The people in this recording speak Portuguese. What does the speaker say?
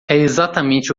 exatamente